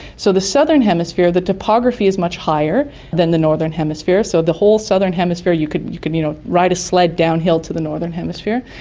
so the southern hemisphere, the topography is much higher than the northern hemisphere, so the whole southern hemisphere you could you could you know ride a sled downhill to the northern hemisphere.